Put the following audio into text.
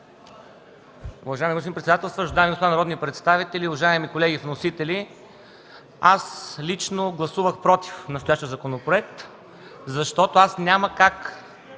Благодаря